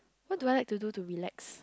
what do I like to do to relax